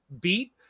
beat